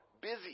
busy